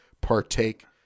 partake